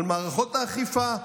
על מערכות האכיפה,